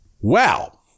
Wow